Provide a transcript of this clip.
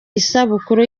isabukuru